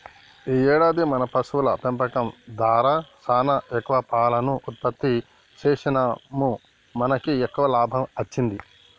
ఈ ఏడాది మన పశువుల పెంపకం దారా సానా ఎక్కువ పాలను ఉత్పత్తి సేసినాముమనకి ఎక్కువ లాభం అచ్చింది